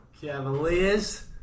Cavaliers